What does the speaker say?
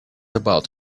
about